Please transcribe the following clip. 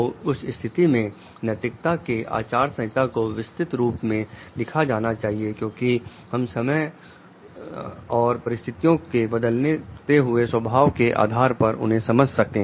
तो उस स्थिति में नैतिकता की आचार संहिता को विस्तृत रूप से लिखा जाना चाहिए क्योंकि हम समय और परिस्थितियों के बदलते हुए स्वभाव के आधार पर उन्हें समझ सके